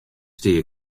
stie